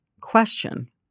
question